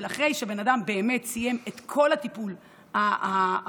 ואחרי שאדם סיים את כל הטיפול הרפואי,